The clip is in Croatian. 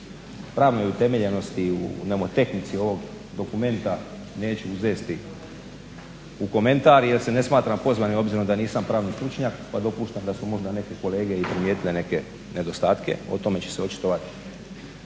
pravnoj utemeljenosti o nomotehnici ovog dokumenta neću uzesti u komentar jer se ne smatram pozvanim obzirom da nisam pravni stručnjak pa dopuštam da su možda neke kolege i primijetile neke nedostatke o tome će se očitovati